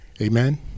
Amen